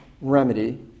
remedy